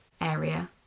area